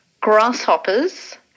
Grasshoppers